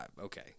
Okay